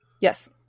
Yes